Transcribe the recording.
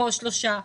פה שלושה,